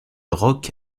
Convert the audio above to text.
roc